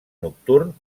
nocturn